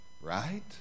right